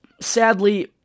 sadly